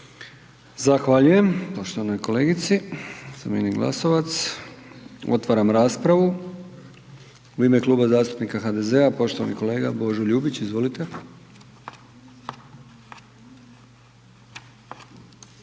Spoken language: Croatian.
Zahvaljujem poštovanoj kolegici Sabini Glasovac. Otvaram raspravu. U ime Kluba zastupnika HDZ-a poštovani kolega Božo Ljubić. Izvolite.